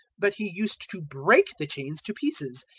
but he used to break the chains to pieces,